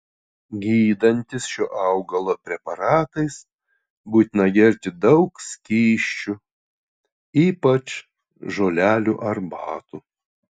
gydantis šio augalo preparatais būtina gerti daug skysčių ypač žolelių arbatų